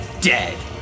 dead